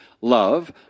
love